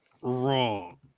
wrong